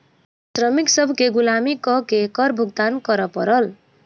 श्रमिक सभ केँ गुलामी कअ के कर भुगतान करअ पड़ल